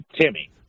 Timmy